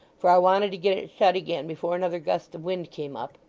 for i wanted to get it shut again before another gust of wind came up,